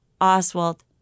Oswald